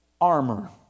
armor